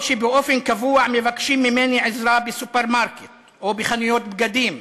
או כשבאופן קבוע מבקשים ממני עזרה בסופרמרקט או בחנויות בגדים,